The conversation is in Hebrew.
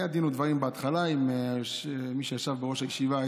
היה דין ודברים בהתחלה עם מי שישב בראש הישיבה,